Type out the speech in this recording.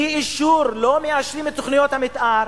אי-אישור, לא מאשרים את תוכניות המיתאר,